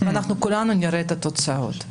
וכולנו נראה את התוצאות,